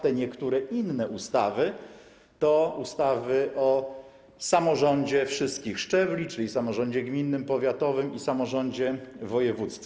Te niektóre inne ustawy to ustawy o samorządzie wszystkich szczebli, czyli samorządzie gminnym, powiatowym i wojewódzkim.